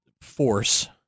force